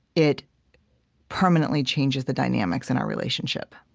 it permanently changes the dynamics in our relationship.